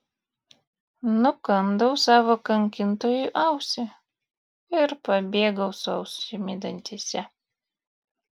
nukandau savo kankintojui ausį ir pabėgau su ausimi dantyse